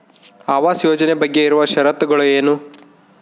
ಆವಾಸ್ ಯೋಜನೆ ಬಗ್ಗೆ ಇರುವ ಶರತ್ತುಗಳು ಏನು?